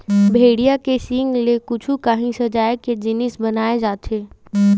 भेड़िया के सींग ले कुछु काही सजाए के जिनिस बनाए जाथे